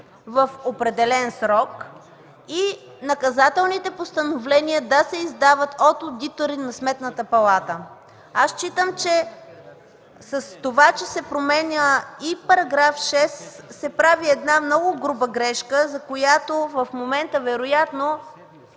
в определен срок и наказателните постановления да се издават от одитори на Сметната палата. Считам, че с промяната на § 6 се прави много груба грешка, за която в момента вероятно